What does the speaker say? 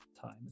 time